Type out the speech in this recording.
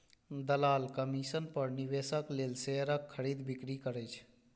दलाल कमीशन पर निवेशक लेल शेयरक खरीद, बिक्री करै छै